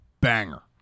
Banger